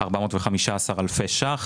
האם אפשר לתקן את הדברים שעלו כאן?